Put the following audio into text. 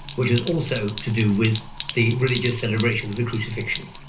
which is also to do with the religious celebration of the crucifixion.